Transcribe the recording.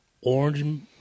orange